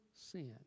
sin